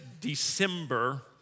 December